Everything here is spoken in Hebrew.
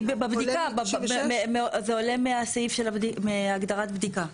כי בבדיקה, זה עולה מהסעיף של, מהגדרת בדיקה.